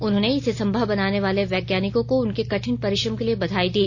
उन्होंने इसे संभव बनाने वाले वैज्ञानिकों को उनके कठिन परिश्रम के लिए बधाई दी